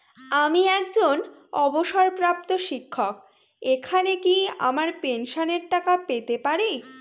আমি একজন অবসরপ্রাপ্ত শিক্ষক এখানে কি আমার পেনশনের টাকা পেতে পারি?